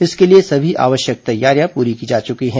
इसके लिए सभी आवश्यक तैयारियां पूरी की जा चुकी हैं